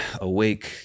awake